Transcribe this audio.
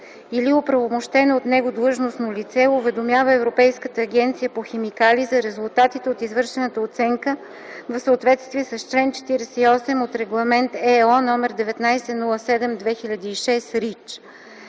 или оправомощено от него длъжностно лице уведомява Европейската агенция по химикали за резултатите от извършената оценка в съответствие с чл. 48 от Регламент (ЕО) № 1907/2006